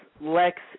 Lex